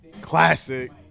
Classic